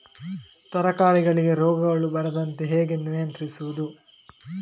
ತರಕಾರಿಗಳಿಗೆ ರೋಗಗಳು ಬರದಂತೆ ಹೇಗೆ ನಿಯಂತ್ರಿಸುವುದು?